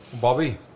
Bobby